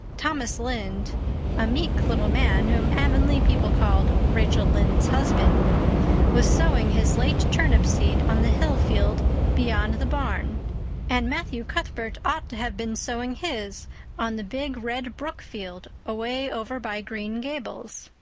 thomas lynde a meek little man whom avonlea people called rachel lynde's husband was sowing his late turnip seed on the hill field beyond the barn and matthew cuthbert ought to have been sowing his on the big red brook field away over by green gables.